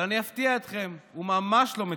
אבל אני אפתיע אתכם: הוא ממש לא מטומטם.